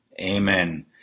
Amen